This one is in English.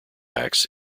axe